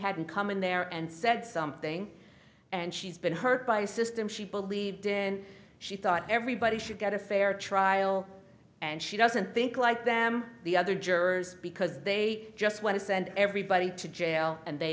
hadn't come in there and said something and she's been hurt by system she believed in she thought everybody should get a fair trial and she doesn't think like them the other jurors because they just want to send everybody to jail and they